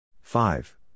Five